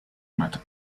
matter